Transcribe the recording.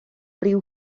ryw